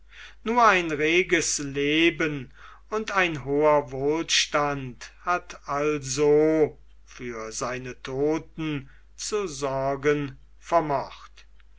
nur ein reges leben und ein hoher wohlstand hat also für seine toten zu sorgen vermocht